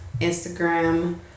instagram